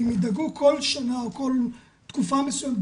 אם ידאגו כל שנה או כל תקופה מסוימת,